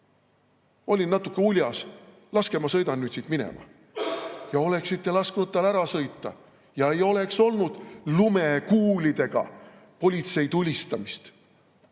Olin natuke uljas. Laske, ma sõidan nüüd siit minema." Oleksite lasknud tal ära sõita ja ei oleks olnud lumekuulidega politsei tulistamist.